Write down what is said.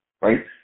right